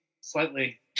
slightly